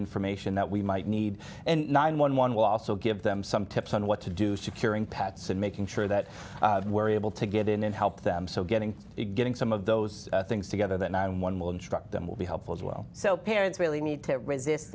information that we might need and nine one one will also give them some tips on what to do securing pets and making sure that we're able to get in and help them so getting to getting some of those things together the nine one will instruct them will be helpful as well so parents really need to resist